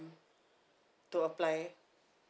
to apply